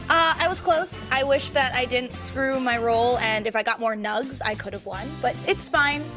i was close. i wish that i didn't screw my roll and if i got more nugs, i could've won, but it's fine,